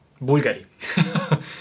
Bulgari